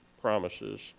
promises